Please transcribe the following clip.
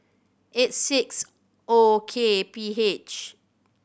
eight six O K P H